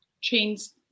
Chain's